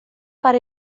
para